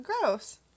gross